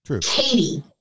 Katie